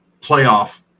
playoff